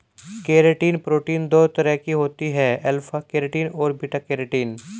keratin protein दो तरह की होती है अल्फ़ा केरेटिन और बीटा केरेटिन